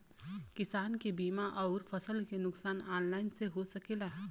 किसान के बीमा अउर फसल के नुकसान ऑनलाइन से हो सकेला?